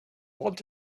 want